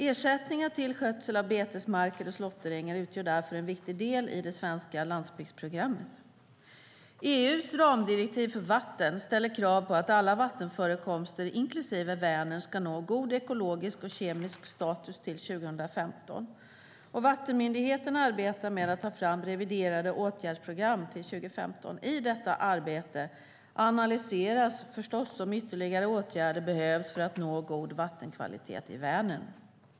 Ersättningar till skötsel av betesmarker och slåtterängar utgör därför en viktig del i det svenska landsbygdsprogrammet. EU:s ramdirektiv för vatten ställer krav på att alla vattenförekomster inklusive Vänern ska nå god ekologisk och kemisk status till 2015. Vattenmyndigheterna arbetar med att ta fram reviderade åtgärdsprogram till 2015. I detta arbete analyseras förstås om ytterligare åtgärder behövs för att nå god vattenkvalitet i Vänern.